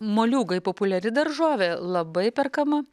moliūgai populiari daržovė labai perkama